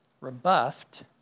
Rebuffed